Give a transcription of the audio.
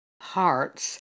hearts